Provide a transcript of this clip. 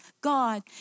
God